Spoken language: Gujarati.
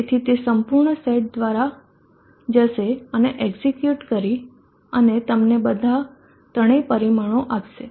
તેથી તે સંપૂર્ણ સેટ દ્વારા જશે અને એક્ઝેક્યુટ કરી અને તમને બધા ત્રણેય પરિણામો આપશે